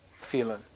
feeling